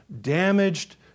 damaged